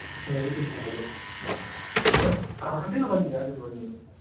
ᱤᱱᱟᱹᱜᱤ tiffin ᱠᱚᱫᱚ ᱦᱮᱸ ᱦᱟᱺᱰᱤ ᱫᱚ ᱵᱟᱹᱧ ᱧᱩᱭᱟ